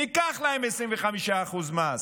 ניקח להם 25% מס.